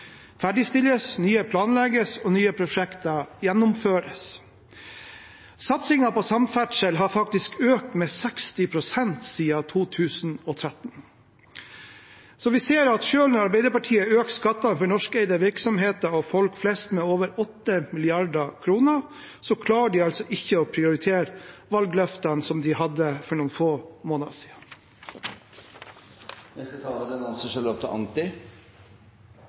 ferdigstilles, nye planlegges, og nye prosjekter gjennomføres. Satsingen på samferdsel har faktisk økt med 60 pst. siden 2013. Så vi ser at selv om Arbeiderpartiet øker skattene for norskeide virksomheter og folk flest med over 8 mrd. kr, klarer de ikke å prioritere valgløftene som de hadde for noen få måneder siden. I lys av prinsippet om likeverd og likeens behandling er